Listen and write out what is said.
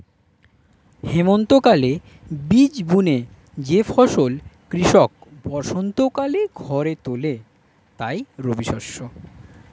হেমন্তকালে বীজ বুনে যে ফসল কৃষক বসন্তকালে ঘরে তোলে তাই রবিশস্য